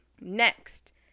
Next